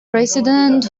president